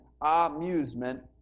amusement